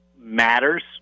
matters